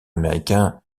américain